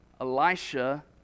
Elisha